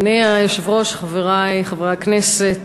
אדוני היושב-ראש, חברי חברי הכנסת,